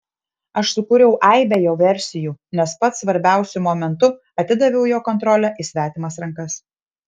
aš sukūriau aibę jo versijų nes pats svarbiausiu momentu atidaviau jo kontrolę į svetimas rankas